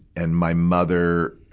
and my mother,